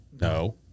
No